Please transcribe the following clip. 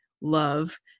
love